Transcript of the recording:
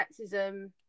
sexism